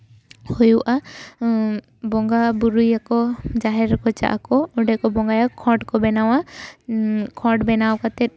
ᱦᱩᱭᱩᱜᱼᱟ ᱵᱚᱸᱜᱟ ᱵᱳᱨᱳᱭᱟᱠᱚ ᱡᱟᱦᱮᱨ ᱨᱮᱠᱚ ᱪᱟᱜ ᱟᱠᱚ ᱚᱸᱰᱮ ᱠᱚ ᱵᱟᱸᱜᱟᱭᱟ ᱠᱷᱚᱸᱰ ᱠᱚ ᱵᱮᱱᱟᱣᱟ ᱠᱷᱚᱸᱰ ᱵᱮᱱᱟᱣ ᱠᱟᱛᱮ